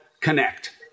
connect